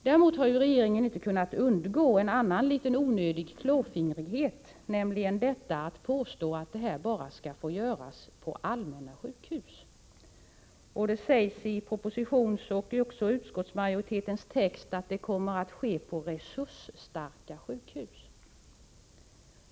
Däremot har regeringen inte kunnat undgå en litet onödig klåfingrighet. Man föreslår att insemination skall få utföras endast på allmänna sjukhus. Det sägs i propositionen och i utskottsmajoritetens text att insemination kommer att ske på ”resursstarka sjukhus”.